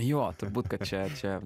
jo turbūt kad čia čia